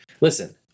Listen